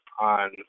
on